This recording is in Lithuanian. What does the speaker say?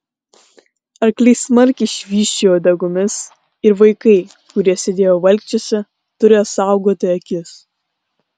arkliai smarkiai švysčiojo uodegomis ir vaikai kurie sėdėjo valkčiuose turėjo saugoti akis